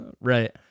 Right